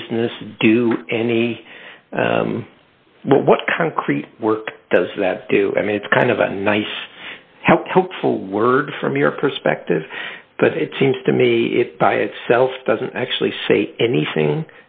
business do any what concrete work does that do i mean it's kind of a nice help hopeful word from your perspective but it seems to me if by itself doesn't actually say anything